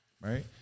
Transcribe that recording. Right